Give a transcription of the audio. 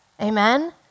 Amen